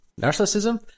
Narcissism